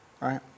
right